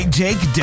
jake